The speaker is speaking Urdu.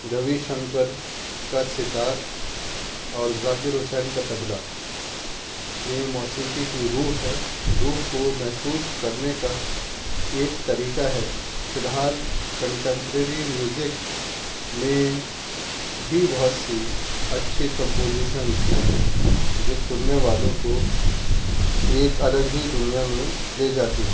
روی شنکر کا ستار اور ذاکر حسین کا طبلہ یہی موسیقی کی روح ہے روح کو محسوس کرنے کا ایک طریقہ ہے فی الحال کنٹیمپریری میوزک میں بھی بہت سی اچھی کمپوزیشنس ہیں جو سننے والوں کو ایک الگ ہی دنیا میں لے جاتی ہے